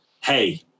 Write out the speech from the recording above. hey